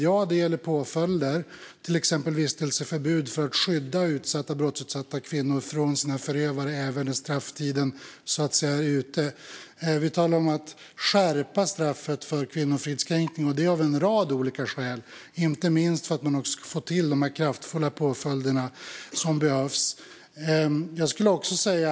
Ja, det gäller påföljder, till exempel vistelseförbud för att skydda brottsutsatta kvinnor från sina förövare även när strafftiden är slut. Vi talar även om att skärpa straffet för kvinnofridskränkning och det av en rad olika skäl, inte minst för att man också ska få till de kraftfulla påföljder som behövs.